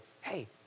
Hey